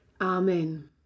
Amen